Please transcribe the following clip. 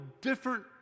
different